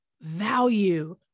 value